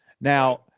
Now